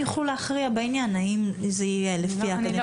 יוכלו להכריע בעניין האם זה יהיה לפי האקדמיה ללשון